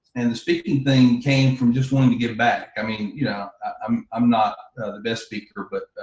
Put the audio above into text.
and the speaking thing came from just wanting to give back. i mean, you know i'm i'm not the best speaker, but,